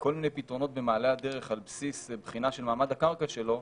כל מיני פתרונות במעלה הדרך על בסיס בחינה של מעמד הקרקע שלו,